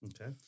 Okay